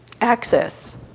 access